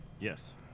Yes